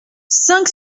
cinq